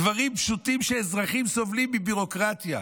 דברים פשוטים, שאזרחים סובלים מביורוקרטיה.